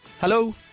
Hello